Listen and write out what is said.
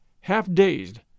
half-dazed